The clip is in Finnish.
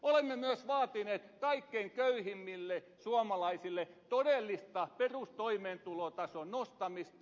olemme myös vaatineet kaikkein köyhimmille suomalaisille todellista perustoimeentulotason nostamista